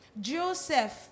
Joseph